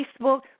facebook